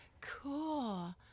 cool